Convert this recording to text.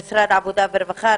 משרד העבודה והרווחה,